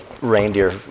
reindeer